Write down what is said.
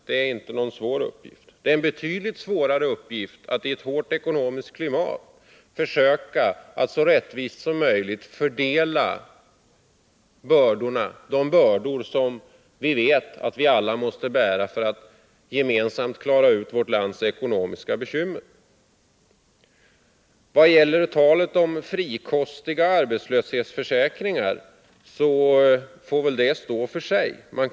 Det är en betydligt svårare uppgift att i ett hårt ekonomiskt klimat försöka att så rättvist som möjligt fördela de bördor som vi alla måste bära för att gemensamt klara vårt lands ekonomiska bekymmer. Talet om frikostiga arbetslöshetsförsäkringar får väl tas för vad det är värt.